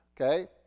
Okay